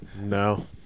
no